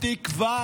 לכם זמן.